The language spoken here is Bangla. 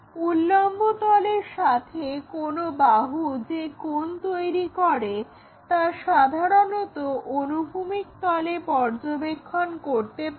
উল্লম্ব তলের সাথে কোনো বাহু যে কোণ তৈরি করে তা সাধারণত আমরা অনুভূমিক তলে পর্যবেক্ষণ করতে পারি